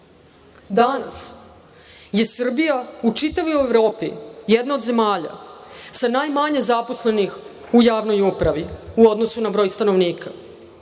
je Srbija u čitavoj Evropi jedna od zemalja sa najmanje zaposlenih u javnoj upravi u odnosu na broj stanovnika.